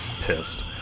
pissed